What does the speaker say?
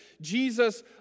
Jesus